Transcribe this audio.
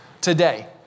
today